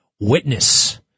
Witness